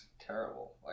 terrible